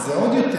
אז זה עוד יותר,